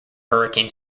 hurricane